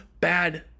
bad